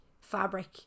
fabric